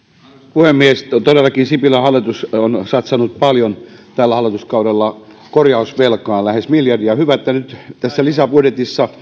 puhemies todellakin sipilän hallitus on satsannut paljon tällä hallituskaudella korjausvelkaan lähes miljardin ja hyvä että nyt tässä lisäbudjetissa